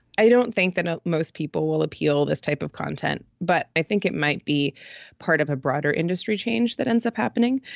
i don't think that ah most people will appeal this type of content, but i think it might be part of a broader industry change that ends up happening.